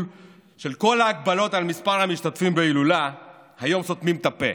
של כל ההגבלות על מספר המשתתפים בהילולה היום סותמים את הפה